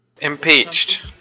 Impeached